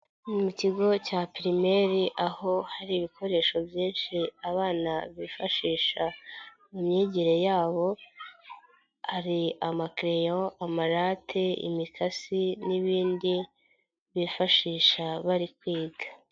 Mu kigo cya pirimeri aho hari ibikoresho byinshi abana bifashisha mu myigire yabo. Hari amakereyo, amarate, imikasi n'ibindi bifashisha bari kwiga.